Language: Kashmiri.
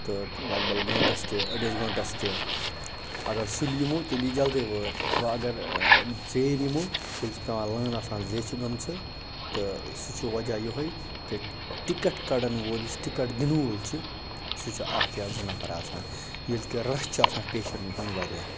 تہٕ لگ بگ گٲنٛٹس تہِ أڑِس گٲنٛٹس تہِ اگر سُلہِ یِمو تیٚلہِ یی جلدی وٲرۍ وۄنۍ اگر ژیٖرۍ یِمو تیٚلہِ چھِ پٮ۪وان لٲنۍ آسان زیچھِ گٔمژٕ تہٕ سُہ چھُ وَجہ یِہوٚے کہِ ٹِکٹ کڑن وول یُس ٹِکٹ دِنہٕ وول چھُ سُہ چھُ اَکھ یا زٕ نَفر آسان ییٚلہِ کہِ رش چھُ آسان پیشنٛٹَن ہُنٛد واریاہ